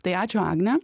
tai ačiū agne